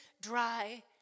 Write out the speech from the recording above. dry